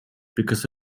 because